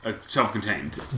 Self-contained